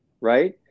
right